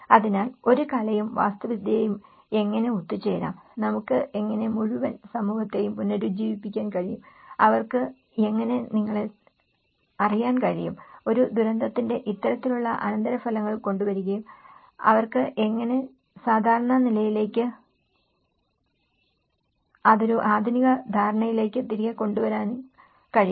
അതിനാൽ ഒരു കലയും വാസ്തുവിദ്യയും എങ്ങനെ ഒത്തുചേരാം നമുക്ക് എങ്ങനെ മുഴുവൻ സമൂഹത്തെയും പുനരുജ്ജീവിപ്പിക്കാൻ കഴിയും അവർക്ക് എങ്ങനെ നിങ്ങളെ അറിയാൻ കഴിയും ഒരു ദുരന്തത്തിന്റെ ഇത്തരത്തിലുള്ള അനന്തരഫലങ്ങൾ കൊണ്ടുവരികയും അവർക്ക് എങ്ങനെ സാധാരണ നിലയിലേക്കും അതൊരു ആധുനിക ധാരണയിലേക്ക് തിരികെ കൊണ്ടുവരാനും കഴിയും